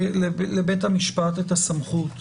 לבית המשפט הסמכות